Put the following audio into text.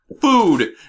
food